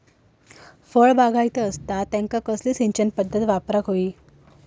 फळबागायती असता त्यांका कसली सिंचन पदधत वापराक होई?